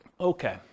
Okay